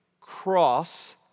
cross